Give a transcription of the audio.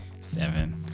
Seven